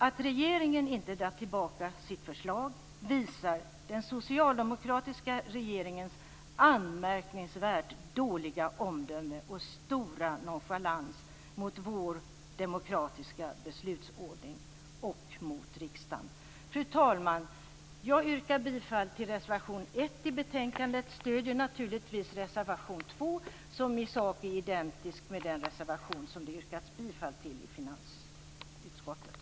Att regeringen inte dragit tillbaka sitt förslag visar den socialdemokratiska regeringens anmärkningsvärt dåliga omdöme och stora nonchalans mot vår demokratiska beslutsordning och mot riksdagen. Fru talman! Jag yrkar bifall till reservation 1 i betänkandet. Jag stöder naturligtvis reservation 2, som i sak är identisk med den reservation som det yrkats bifall till i finansutskottet.